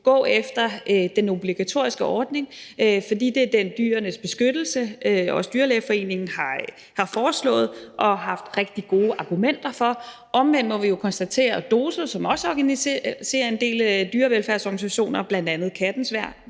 gå efter den obligatoriske ordning, for det er den, Dyrenes Beskyttelse og også Dyrlægeforeningen har foreslået og haft rigtig gode argumenter for. Omvendt må vi jo konstatere, at DOSO, som også organiserer en del dyrevelfærdsorganisationer, bl.a. Kattens Værn